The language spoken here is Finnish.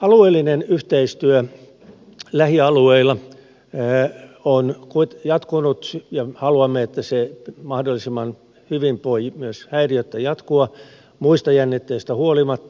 alueellinen yhteistyö lähialueilla on jatkunut ja haluamme että se mahdollisimman hyvin voi myös häiriöttä jatkua muista jännitteistä huolimatta